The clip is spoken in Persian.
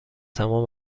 تمام